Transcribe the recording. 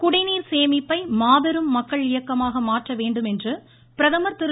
குடிநீர் சேமிப்பை மாபெரும் மக்கள் இயக்கமாக மாற்ற வேண்டுமென்று பிரதமர் திரு